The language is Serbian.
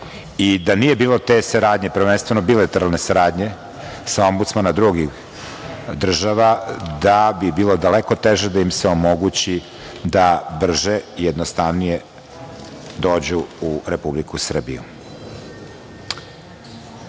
i da nije bilo te saradnje, prvenstveno bilateralne saradnje sa ombudsmanom drugih država da bi bilo daleko teže da im se omogući da brže i jednostavnije dođu u Republiku Srbiju.S